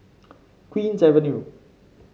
Queen's Avenue